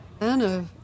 Anna